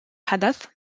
حدث